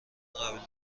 قبیله